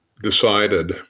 decided